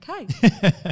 Okay